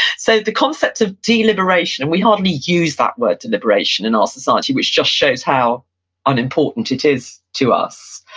so the concept of deliberation, and we hardly use that word deliberation in our society, which just shows how unimportant it is to us.